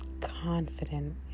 confident